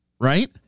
right